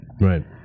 Right